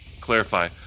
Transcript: clarify